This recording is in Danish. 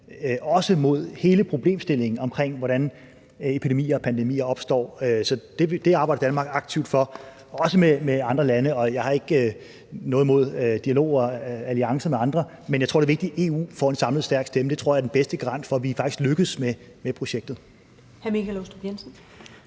også mod hele problemstillingen omkring, hvordan epidemier og pandemier opstår. Så det arbejder Danmark aktivt for, også med andre lande, og jeg har ikke noget mod dialog og alliancer med andre. Men jeg tror, det er vigtigt, at EU får en samlet stærk stemme. Det tror jeg er den bedste garanti for, at vi faktisk lykkes med projektet.